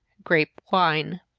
grape wine.